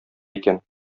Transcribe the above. икән